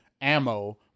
ammo